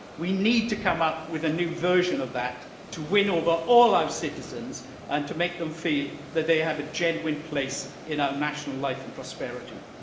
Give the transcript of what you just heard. we need to come up with a new version of that to win over all our citizens and to make them feel that they have a genuine place in our national life and prosperity.